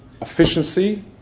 efficiency